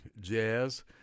jazz